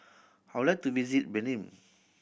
I would like to visit Benin